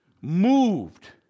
moved